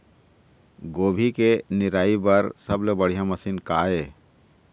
गोभी के निराई बर सबले बने मशीन का ये?